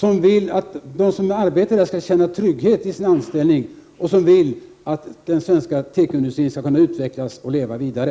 Vi vill att de som arbetar där skall känna trygghet i sin anställning och att den svenska tekoindustrin skall kunna utvecklas och leva vidare.